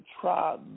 try